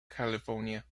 california